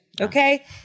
Okay